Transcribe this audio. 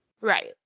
right